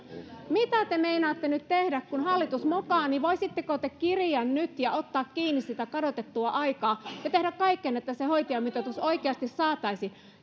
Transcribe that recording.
mitä te meinaatte nyt tehdä kun hallitus mokasi voisitteko te kiriä nyt ja ottaa kiinni sitä kadotettua aikaa ja tehdä kaikkenne että se hoitajamitoitus oikeasti saataisiin